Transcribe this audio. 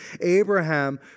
Abraham